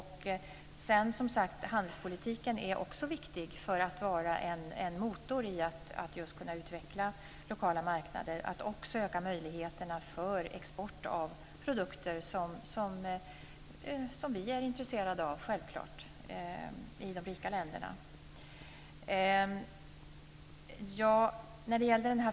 Handelspolitiken är som sagt viktig som en motor att just kunna utveckla lokala marknader och öka möjligheterna för export av produkter som vi är intresserade av, självklart, i de rika länderna.